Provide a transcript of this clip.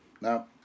Now